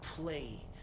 play